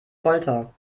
folter